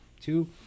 two